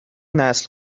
نسل